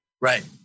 Right